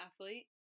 athlete